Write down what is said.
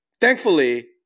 Thankfully